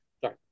Sorry